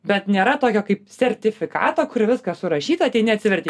bet nėra tokio kaip sertifikato kur viskas surašyta ateini atsiverti